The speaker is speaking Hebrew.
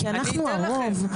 כי אנחנו הרוב,